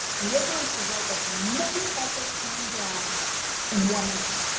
and they're going to write as many as they can down in one minute.